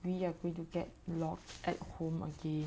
we are going to get locked at home again